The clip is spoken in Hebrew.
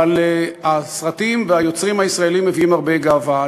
אבל הסרטים והיוצרים הישראלים מביאים הרבה גאווה.